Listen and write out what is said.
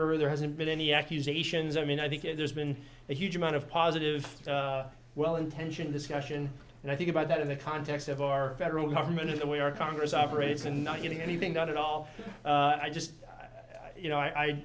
rancor there hasn't been any accusations i mean i think it there's been a huge amount of positive well intentioned discussion and i think about that in the context of our federal government and the way our congress operates and not getting anything done at all i just you know i